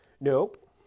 Nope